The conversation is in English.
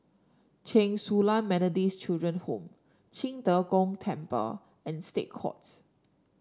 Chen Su Lan Methodist Children Home Qing De Gong Temple and State Courts